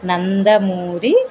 Nandamuri